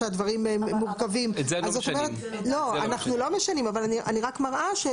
מוצרים שהם לפי הדין הקיים אבל הם יוצרו או יובאו אחרי